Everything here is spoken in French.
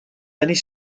années